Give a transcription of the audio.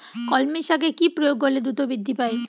কলমি শাকে কি প্রয়োগ করলে দ্রুত বৃদ্ধি পায়?